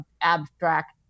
abstract